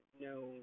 no